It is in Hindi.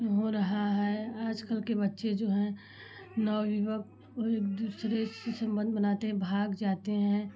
हो रहा है आजकल के बच्चे जो है नवयुवक एक दूसरे से संबंध बनाते हैं भाग जाते हैं